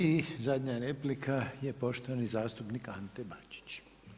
I zadnja replika, je poštovani zastupnik Ante Bačić.